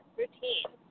routine